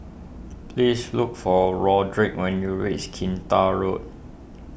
please look for Rodrick when you reach Kinta Road